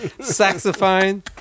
Saxophone